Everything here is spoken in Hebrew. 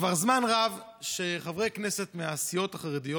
כבר זמן רב שחברי כנסת מהסיעות החרדיות